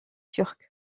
turcs